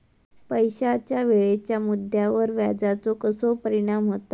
पैशाच्या वेळेच्या मुद्द्यावर व्याजाचो कसो परिणाम होता